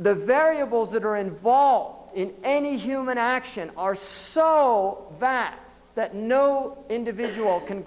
the variables that are involved in any human action are so vast that no individual can